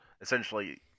essentially